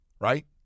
Right